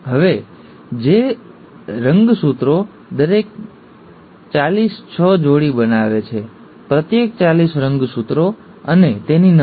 હવે જો આ રંગસૂત્રો દરેક ચાલીસ છ જોડી પ્રત્યેક ચાલીસ રંગસૂત્રો અને તેની નકલ